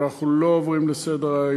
ואנחנו לא עוברים לסדר-היום,